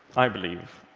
i believe,